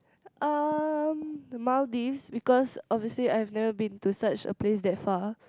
uh the Maldives because obviously I've never been to such a place that far